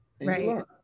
Right